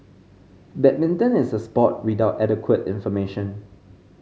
badminton is a sport without adequate information